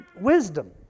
wisdom